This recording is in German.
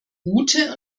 gute